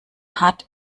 hat